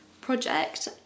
project